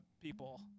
people